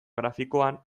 grafikoan